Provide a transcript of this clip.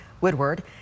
Woodward